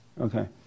Okay